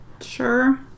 sure